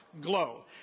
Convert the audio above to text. glow